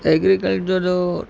agriculture जो